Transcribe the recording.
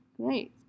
Great